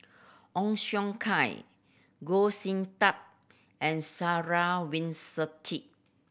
Ong Siong Kai Goh Sin Tub and Sarah Winstedt